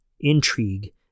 intrigue